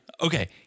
Okay